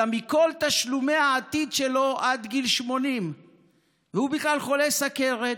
אלא מכל תשלומי העתיד שלו עד גיל 80. והוא בכלל חולה סוכרת,